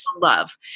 love